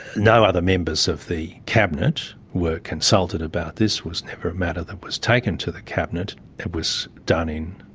no other members of the cabinet were consulted about this. it was never a matter that was taken to the cabinet it was done in,